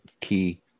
key